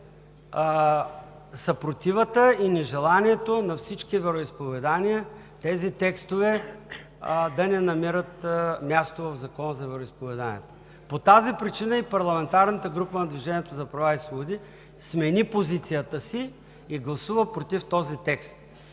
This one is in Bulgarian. съпротивата и нежеланието на всички вероизповедания тези текстове да не намерят място в Закона за вероизповеданията. По тази причина и парламентарната група на „Движението за права и свободи“ смени позицията си и гласува „против“ този текст,